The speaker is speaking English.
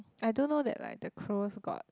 I don't know that like the cockroaches got